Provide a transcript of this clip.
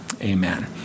amen